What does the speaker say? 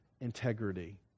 integrity